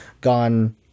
gone